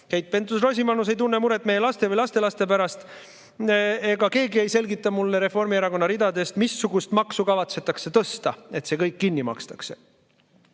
Keit Pentus-Rosimannus ei tunne muret meie laste ega lastelaste pärast ja keegi ei selgita mulle Reformierakonna ridadest, missugust maksu kavatsetakse tõsta, et see kõik kinni maksta.